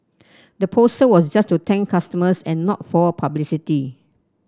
the poster was just to thank customers and not for publicity